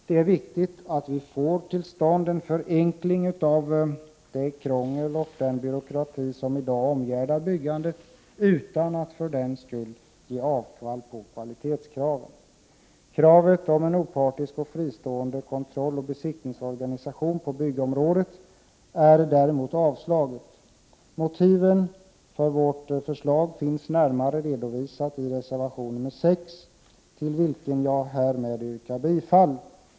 Det är viktigt att vi får till stånd en förenkling av det krångel och den byråkrati som i dag omgärdar byggandet utan att vi för den skull ger avkall på kvalitetskraven. Kravet om en opartisk och fristående kontrolloch besiktningsorganisation på byggområdet är däremot avstyrkt. Motiven för vårt förslag finns närmare redovisade i reservation 6, till vilken jag härmed yrkar bifall.